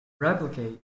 replicate